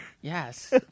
Yes